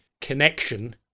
connection